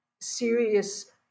serious